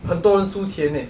很多人输钱 eh